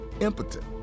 impotent